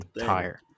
tire